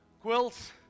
quilts